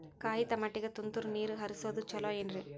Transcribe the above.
ಕಾಯಿತಮಾಟಿಗ ತುಂತುರ್ ನೇರ್ ಹರಿಸೋದು ಛಲೋ ಏನ್ರಿ?